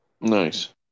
Nice